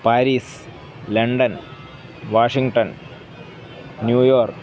Paris London Washington New York